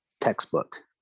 textbook